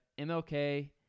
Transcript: MLK